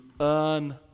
earn